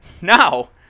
now